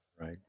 Right